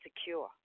secure